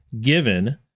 given